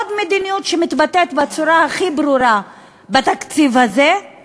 עוד מדיניות שמתבטאת בצורה הכי ברורה בתקציב הזה היא